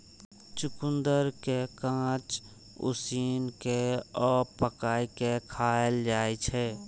चुकंदर कें कांच, उसिन कें आ पकाय कें खाएल जाइ छै